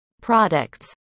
products